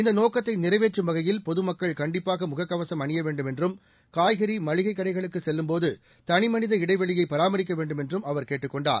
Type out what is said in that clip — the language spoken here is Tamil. இந்த நோக்கத்தை நிறைவேற்றும் வகையில் பொதமக்கள் கண்டிப்பாக முகக்கவசம் அணிய வேண்டும் என்றும் காய்கறி மளிகைக் கடைகளுக்குச் செல்லும்போது தனிமனித இடைவெளியை பராமரிக்க வேண்டும் என்றும் அவர் கேட்டுக் கொண்டார்